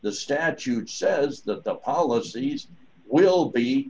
the statute says that the policies will be